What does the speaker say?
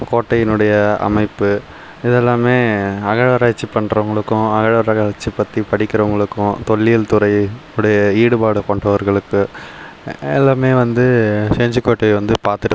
கோட்டையினுடைய அமைப்பு இதெல்லாமே அகழ்வாராய்ச்சி பண்ணுறவங்களுக்கும் அகழ்வாராய்ச்சி பற்றி படிக்கிறவங்களுக்கும் தொல்லியல் துறை உடைய ஈடுபாடு கொண்டவர்களுக்கு எல்லாமே வந்து செஞ்சுக்கோட்டையை வந்து பார்த்துட்டு